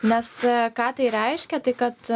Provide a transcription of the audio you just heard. mes ką tai reiškia tai kad